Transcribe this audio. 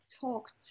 talked